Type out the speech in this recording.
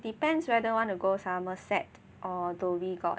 depends whether want to go Somerset or Dhoby Ghaut